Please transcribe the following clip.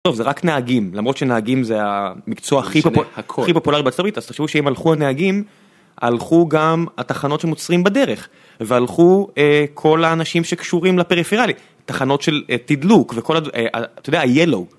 זה רק נהגים, למרות שנהגים זה המקצוע הכי פופולרי בארצות הברית, אז תחשבו שאם הלכו הנהגים, הלכו גם התחנות שהם עוצרים בדרך, והלכו כל האנשים שקשורים לפריפירלי, תחנות של תדלוק וכל ה... אתה יודע ה-yellow.